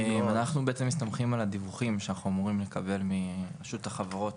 אנחנו בעצם מסתמכים על הדיווחים שאנחנו אמורים לקבל מרשות החברות,